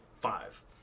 five